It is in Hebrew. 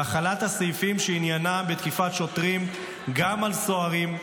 והחלת הסעיפים שעניינם תקיפת שוטרים גם על סוהרים,